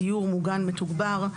דיור מוגן מתוגבר,